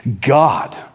God